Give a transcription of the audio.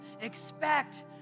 expect